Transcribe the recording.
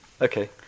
Okay